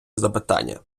запитання